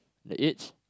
the age